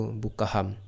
bukaham